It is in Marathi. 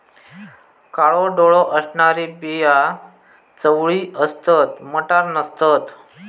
काळो डोळो असणारी बिया चवळीची असतत, मटार नसतत